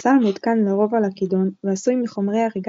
הסל מותקן לרוב על הכידון ועשוי מחומרי אריגת